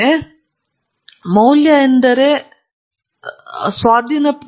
ಇಲ್ಲಿ 10 ವರ್ಷಗಳ ಹಿಂದೆ ಐಐಟಿ ಮದ್ರಾಸ್ನಲ್ಲಿ ಮಾತನಾಡಿದ ಸ್ವಾಮಿ ದಯಾನಂದ ಸರಸ್ವತಿ